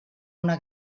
una